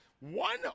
one